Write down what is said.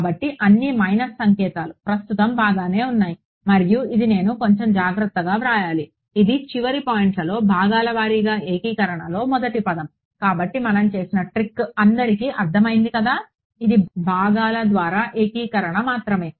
కాబట్టి అన్ని మైనస్ సంకేతాలు ప్రస్తుతం బాగానే ఉన్నాయి మరియు ఇది నేను కొంచెం జాగ్రత్తగా వ్రాయాలి ఇది చివరి పాయింట్లలో భాగాల వారీగా ఏకీకరణలో మొదటి పదం కాబట్టి మనం చేసిన ట్రిక్ అందరికి అర్ధం అయ్యింది కదా ఇది భాగాల ద్వారా ఏకీకరణ మాత్రమే